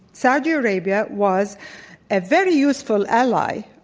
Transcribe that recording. saudi arabia was a very useful ally